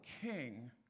king